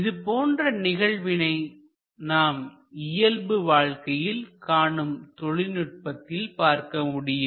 இதுபோன்ற நிகழ்வினை நாம் இயல்பு வாழ்க்கையில் காணும் தொழில்நுட்பத்திலும் பார்க்கமுடியும்